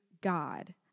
God